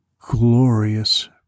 glorious